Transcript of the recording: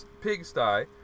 pigsty